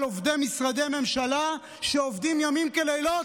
שומע על עובדי משרדי ממשלה שעובדים ימים ולילות,